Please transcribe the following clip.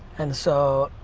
and so,